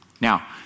Now